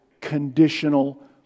conditional